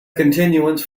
continuance